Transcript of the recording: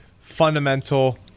fundamental